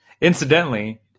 Incidentally